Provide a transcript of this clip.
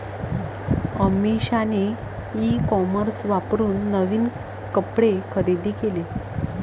अमिषाने e commerce वापरून नवीन कपडे खरेदी केले